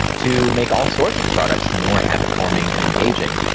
to make all sorts of products more habit-forming and engaging.